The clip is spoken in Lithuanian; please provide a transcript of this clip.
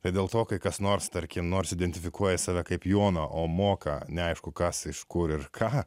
tai dėl to kai kas nors tarkim nors identifikuoja save kaip joną o moka neaišku kas iš kur ir ką